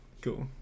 Cool